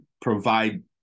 provide